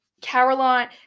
caroline